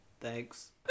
Thanks